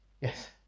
Yes